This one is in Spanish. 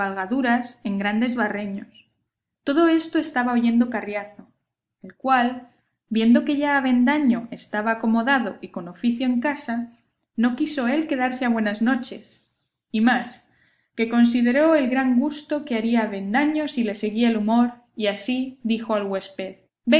cabalgaduras en grandes barreños todo esto estaba oyendo carriazo el cual viendo que ya avendaño estaba acomodado y con oficio en casa no quiso él quedarse a buenas noches y más que consideró el gran gusto que haría a avendaño si le seguía el humor y así dijo al huésped